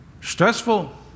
stressful